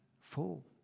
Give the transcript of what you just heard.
Full